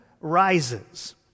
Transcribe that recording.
rises